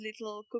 little